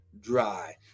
dry